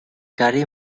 gary